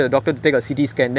he's like the